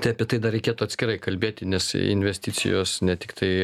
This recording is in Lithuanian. tai apie tai dar reikėtų atskirai kalbėti nes investicijos ne tiktai